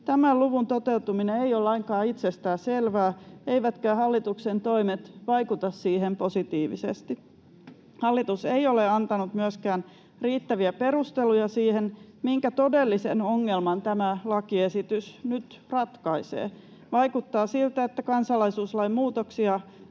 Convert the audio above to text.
Tämän luvun toteutuminen ei ole lainkaan itsestään selvää, eivätkä hallituksen toimet vaikuta siihen positiivisesti. Hallitus ei ole antanut myöskään riittäviä perusteluja siihen, minkä todellisen ongelman tämä lakiesitys nyt ratkaisee. Vaikuttaa siltä, että kansalaisuuslain muutoksia